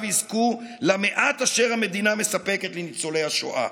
יזכו למעט אשר המדינה מספקת לניצולי השואה.